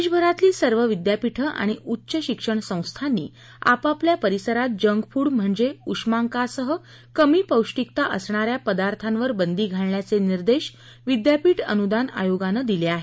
देशभरातली सर्व विद्यापीठं आणि उच्च शिक्षण संस्थांनी आपापल्या परिसरात जंक फूड म्हणजे उष्मांकासह कमी पौष्टीकता असणाऱ्या पदार्थावर बंदी घालण्याचे निर्देश विद्यापीठ अनुदान आयोगानं दिले आहेत